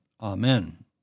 Amen